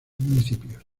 municipios